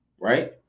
right